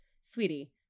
sweetie